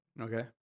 okay